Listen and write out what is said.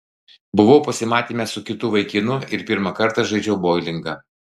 buvau pasimatyme su kitu vaikinu ir pirmą kartą žaidžiau boulingą